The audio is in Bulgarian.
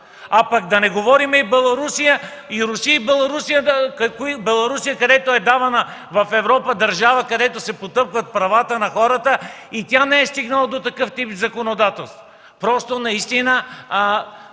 А пък да не говорим и Белорусия. И Русия и Беларусия. Беларусия, където е давана в Европа държава, където се потъпкват правата на хората, и тя не е стигнала до такъв тип законодателство. Просто наистина